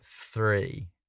three